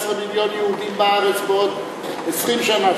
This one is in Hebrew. למה אתה לא מאמין שיהיו 14 מיליון יהודים בארץ בעוד 20 שנה,